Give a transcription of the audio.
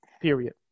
period